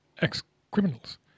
ex-criminals